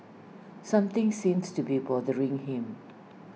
something seems to be bothering him